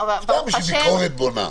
סתם בשביל ביקורת בונה.